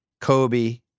Kobe